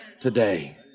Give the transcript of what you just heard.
today